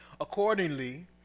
Accordingly